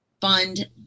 fund